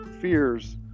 fears